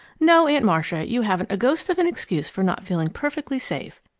no, aunt marcia, you haven't a ghost of an excuse for not feeling perfectly safe.